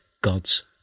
God's